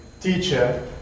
Teacher